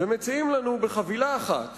ומציעים לנו בחבילה אחת